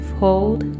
hold